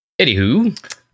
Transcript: anywho